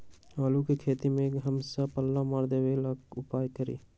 आलू के खेती में हमेसा पल्ला मार देवे ला का उपाय करी?